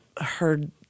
heard